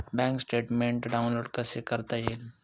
Bank statement download कसे करता येईल?